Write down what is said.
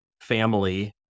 family